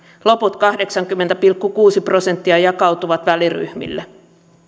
loput kahdeksankymmentä pilkku kuusi prosenttia jakautuvat väliryhmille